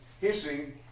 hissing